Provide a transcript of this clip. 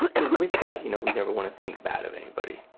ah with that, you know we never wanna think bad of anybody.